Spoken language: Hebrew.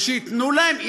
ושייתנו להם,